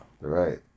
Right